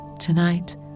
tonight